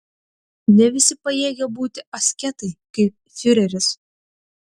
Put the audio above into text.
ne visi pajėgia būti asketai kaip fiureris